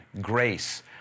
grace